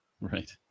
Right